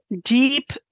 deep